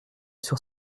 sur